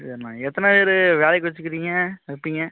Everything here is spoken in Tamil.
சரிப்பா எத்தனை பேர் வேலைக்கு வெச்சுக்கிறீங்க வைப்பீங்க